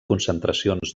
concentracions